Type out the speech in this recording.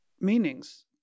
meanings